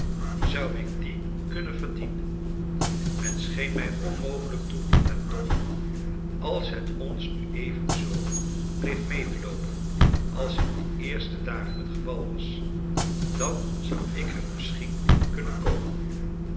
zou ik die kunnen verdienen het scheen mij onmogelijk toe en toch als het ons nu evenzoo bleef medeloopen als in de eerste dagen het geval was dan zou ik er misschien kunnen komen